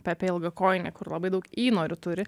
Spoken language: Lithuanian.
pepė ilgakojinė kur labai daug įnorių turi